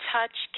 Touch